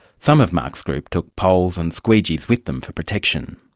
some of mark's group took poles and squeegies with them for protection.